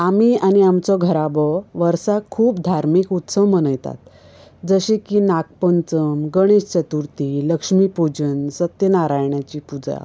आमी आनी आमचो घराबो वर्साक खूब धार्मीक उत्सव मनयतात जशें की नागपंचम गणेश चतुर्थी लक्ष्मी पुजन सत्यनारायणाची पूजा